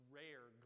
rare